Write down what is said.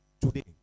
today